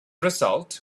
result